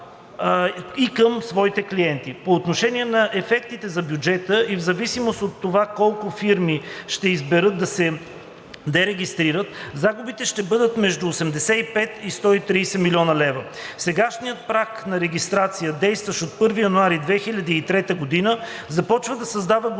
и към своите клиенти. По отношение на ефектите за бюджета и в зависимост от това колко фирми ще изберат да се дерегистрират, загубите ще бъдат между 85 млн. лв. и 130 млн. лв. Сегашният праг за регистрация, действащ от 1 януари 2003 г., започва да създава големи